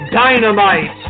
dynamite